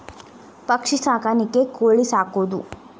ಪಕ್ಷಿ ಸಾಕಾಣಿಕೆ ಕೋಳಿ ಸಾಕುದು